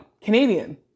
Canadian